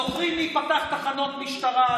זוכרים מי פתח תחנות משטרה,